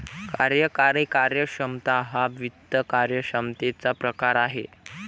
कार्यकारी कार्यक्षमता हा वित्त कार्यक्षमतेचा प्रकार आहे